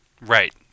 right